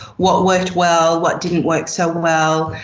what worked well, what didn't work so well,